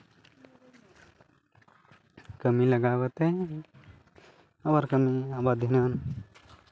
ᱠᱟᱹᱢᱤ ᱞᱟᱜᱟᱣ ᱠᱟᱛᱮ ᱟᱵᱟᱨ ᱠᱟᱹᱢᱤ ᱟᱵᱟᱨ ᱫᱷᱤᱱᱟᱹᱱ